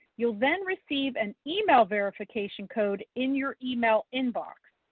you'll then receive an email verification code in your email inbox.